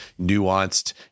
nuanced